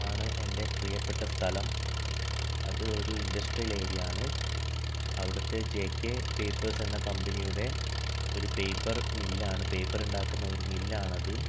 ആണ് എന്റെ പ്രിയപ്പെട്ട സ്ഥലം അത് ഒരു ഇൻഡസ്ട്രിയൽ ഏരിയാണ് അവിടുത്തെ ജെ കെ പേപ്പേർസ് എന്ന കമ്പിനിയുടെ ഒരു പേപ്പർ മില്ലാണ് പേപ്പർ ഉണ്ടാക്കുന്ന ഒരു മില്ലാണത്